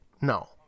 No